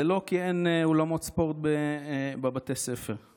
זה לא כי אין אולמות ספורט בבתי ספר.